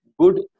good